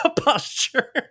posture